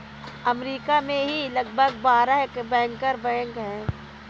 अमरीका में ही लगभग बारह बैंकर बैंक हैं